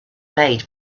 made